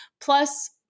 plus